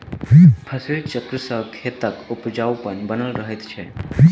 फसिल चक्र सॅ खेतक उपजाउपन बनल रहैत छै